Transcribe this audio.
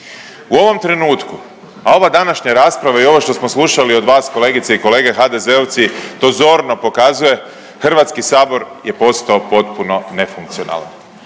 U ovom trenutku a ova današnja rasprava i ovo što smo slušali od vas kolegice i kolege HDZ-ovci to zorno pokazuje Hrvatski sabor je postao potpuno nefunkcionalan,